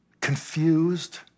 confused